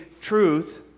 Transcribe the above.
truth